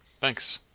thanks.